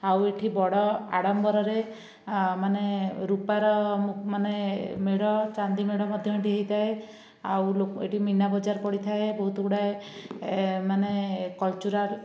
ଆଉ ଏଇଠି ବଡ଼ ଆଡ଼ମ୍ବରରେ ମାନେ ରୂପାର ମାନେ ମେଢ଼ ଚାନ୍ଦି ମେଢ଼ ମଧ୍ୟ ଏଇଠି ହୋଇଥାଏ ଆଉ ଲୋ ଏଇଠି ମିନାବଜାର ପଡ଼ିଥାଏ ବହୁତ ଗୁଡ଼ାଏ ଏମାନେ କଲଚୁରାଲ୍